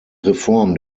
reform